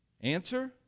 answer